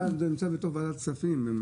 זה נמצא בוועדת הכספים.